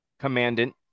commandant